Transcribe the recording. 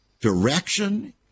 direction